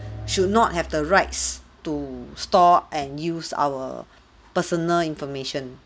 should not have the rights to store and use our personal information